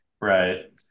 Right